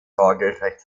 sorgerecht